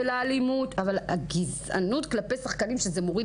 אבל הגזענות כלפי שחקנים זה מוריד